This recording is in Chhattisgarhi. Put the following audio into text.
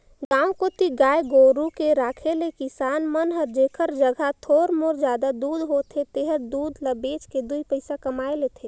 गांव कोती गाय गोरु के रखे ले किसान मन हर जेखर जघा थोर मोर जादा दूद होथे तेहर दूद ल बेच के दुइ पइसा कमाए लेथे